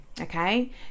okay